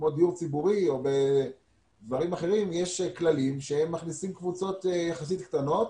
בדיור ציבורי ובדברים אחרים יש כללים שהם מכניסים קבוצות יחסית קטנות